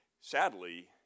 sadly